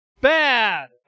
bad